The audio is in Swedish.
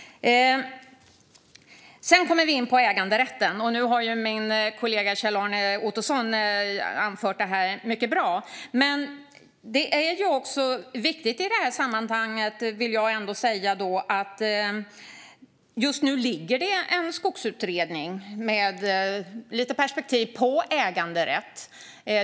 Sedan kommer vi in på äganderätten, och min kollega Kjell-Arne Ottosson har anfört det mycket bra. Men det är ändå viktigt att säga i sammanhanget att det just nu ligger en skogsutredning med lite perspektiv på äganderätt.